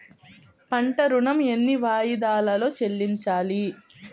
పంట ఋణం ఎన్ని వాయిదాలలో చెల్లించాలి?